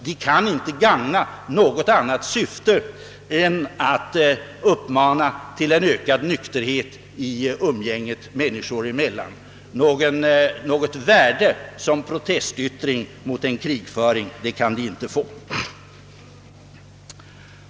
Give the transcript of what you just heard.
De kan inte gagna något annat syfte än att uppmana till ökad nykterhet i umgänget människor emellan. Något värde som protestyttring mot ett krig kan de inte få.